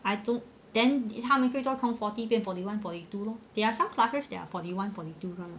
I don't then 他们最多可以变 forty forty one forty two lor there are some classes that are forty one forty two